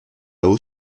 haut